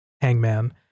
hangman